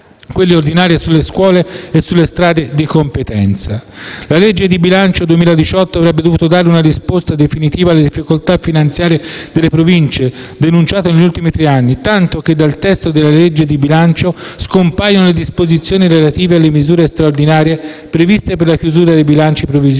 quelli ordinari nelle scuole e sulle strade di competenza. La legge di bilancio 2018 avrebbe dovuto dare una risposta definitiva alle difficoltà finanziarie delle Province denunciate gli ultimi tre anni, tanto che dal testo della legge di bilancio scompaiono le disposizioni relative alle misure straordinarie previste per la chiusura dei bilanci previsionali